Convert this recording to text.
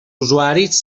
usuaris